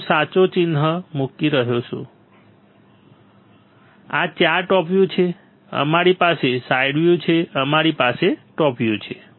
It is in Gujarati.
હું સાચો ચિહ્ન મુકી રહ્યો છું આ 4 ટોપ વ્યૂ છે અમારી પાસે સાઇડ વ્યૂ છે અમારી પાસે ટોપ વ્યૂ છે